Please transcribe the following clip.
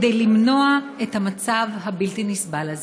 כדי למנוע את המצב הבלתי-נסבל הזה?